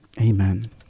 Amen